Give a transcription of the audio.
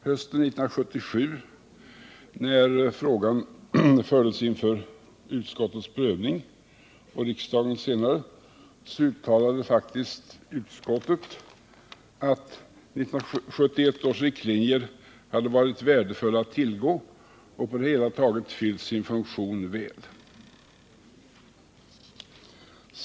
Hösten 1977, när frågan fördes inför utskottets prövning och senare inför riksdagens, uttalade faktiskt utskottet att 1971 års riktlinjer hade varit värdefulla att tillgå och att de på det hela taget fyllt sin funktion väl.